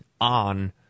on